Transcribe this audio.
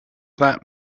that